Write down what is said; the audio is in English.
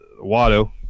Wado